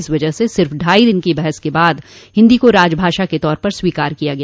इसकी वजह से सिर्फ ढाई दिन की बहस के बाद हिंदी को राजभाषा के तौर पर स्वीकार कर लिया गया